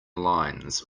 lines